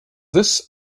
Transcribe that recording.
this